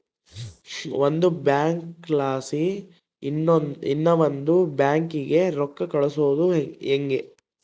ಒಂದು ಬ್ಯಾಂಕ್ಲಾಸಿ ಇನವಂದ್ ಬ್ಯಾಂಕಿಗೆ ರೊಕ್ಕ ಕಳ್ಸೋದು ಯಂಗೆ